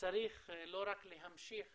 שצריך לא רק להמשיך